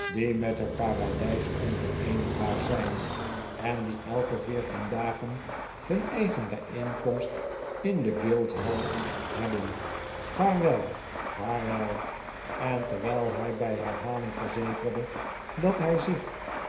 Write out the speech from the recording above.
met het paradijs onvereenigbaar zijn en die elke veertien dagen hun eigen bijeenkomst in de guildhall hebben vaarwel vaarwel en terwijl hij bij herhaling verzekerde dat hij zich